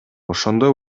ошондой